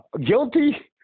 Guilty